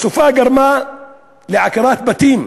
הסופה גרמה לעקירת בתים.